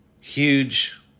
huge